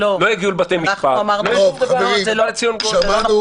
לא יגיעו לבתי המשפט ובא לציון גואל.